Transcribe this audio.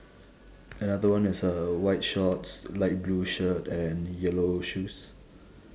another one is a white shorts light blue shirt and yellow shoes